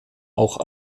auch